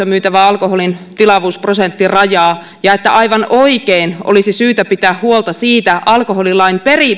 myytävän alkoholin tilavuusprosenttirajaa ja aivan oikein olisi syytä pitää huolta siitä alkoholilain